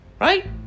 right